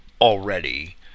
already